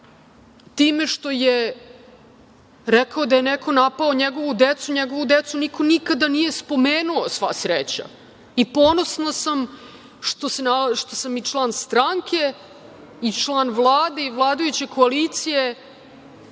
time što je rekao da je neko napao njegovu decu. Njegovu decu niko nikada nije spomenuo sva sreća. Ponosna sam što sam i član stranke, član Vlade i vladajuće koalicije